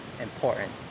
important